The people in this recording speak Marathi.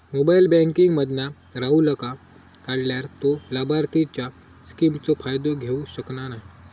मोबाईल बॅन्किंग मधना राहूलका काढल्यार तो लाभार्थींच्या स्किमचो फायदो घेऊ शकना नाय